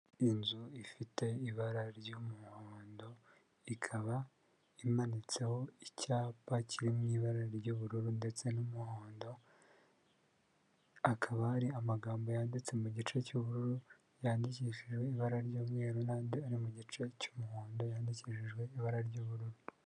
ni inzu ifite ibara ry'umuhondo, ikaba imanitseho icyapa kiri mu ibara ry'ubururu ndetse n'umuhondo, hakaba hari amagambo yanditse mu gice cy'ubururu, yandikishi ibara ry'umweru n'andi ari mu gice cy'umuhondo yandikishijwe ibara ry'ubururu.